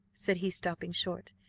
said he, stopping short,